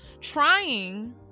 trying